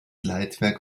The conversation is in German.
leitwerk